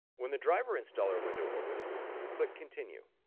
when the driver installer window opens click continue